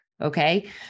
okay